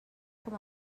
com